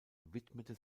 widmete